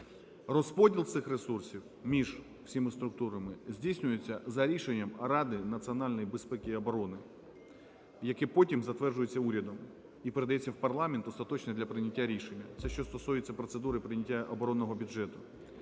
Розподіл цих ресурсів між всіма структурами здійснюється за рішенням Ради національної безпеки і оборони, які потім затверджуються урядом і передаються в парламент остаточно для прийняття рішення. Це, що стосується процедури прийняття оборонного бюджету.